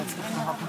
הם יתפזרו.